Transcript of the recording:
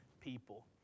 people